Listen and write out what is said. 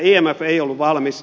imf ei ollut valmis